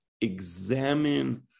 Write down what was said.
examine